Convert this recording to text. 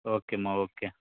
ஓகேம்மா ஓகே